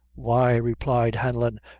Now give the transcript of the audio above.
why, replied hanlon,